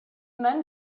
men